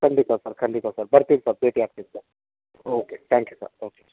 ಖಂಡಿತ ಸರ್ ಖಂಡಿತ ಸರ್ ಬರ್ತೀನಿ ಸರ್ ಭೇಟಿ ಆಗ್ತೀನಿ sir okay thank you sir okay